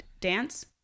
dance